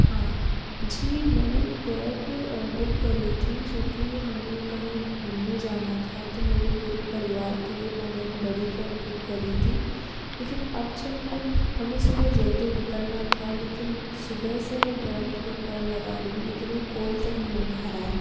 हाँ जी मैंने एक कैब बुक करी थी जो कि हमें कहीं घूमने जाना था तो मेरे पूरे परिवार के लिए मैने एक बड़ी कैब बुक करी थी लेकिन अब जब मैं हमें सुबह जल्दी निकलना था लेकिन सुबह से मैं ड्राइवर को कॉल लगा रही हूँ लेकिन वो काल तक नहीं उठा रहा है